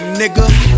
nigga